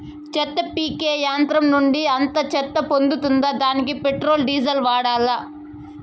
చెత్త పీకే యంత్రం నుండి అంతా చెత్త పోతుందా? దానికీ పెట్రోల్, డీజిల్ వాడాలా?